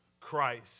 Christ